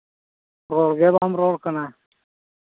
ᱨᱚᱲ ᱜᱮ ᱵᱟᱢ ᱨᱚᱲ ᱠᱟᱱᱟ